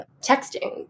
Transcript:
texting